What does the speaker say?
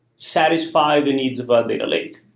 satisfy the needs of ah a data lake.